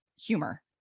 humor